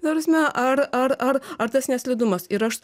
ta prasme ar ar ar ar tas ne slidumas ir aš